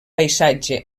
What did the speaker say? paisatge